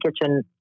kitchen